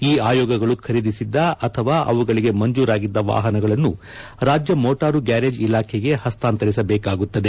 ಈ ಆಯೋಗಗಳು ಖರೀದಿಸಿದ್ದ ಅಥವಾ ಅವುಗಳಿಗೆ ಮಂಜೂರಾಗಿದ್ದ ವಾಹನಗಳನ್ನು ರಾಜ್ಯ ಮೋಟಾರು ಗ್ಯಾರೇಜ್ ಇಲಾಖೆಗೆ ಹಸ್ತಾಂತರಿಸಬೇಕಾಗುತ್ತದೆ